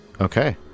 Okay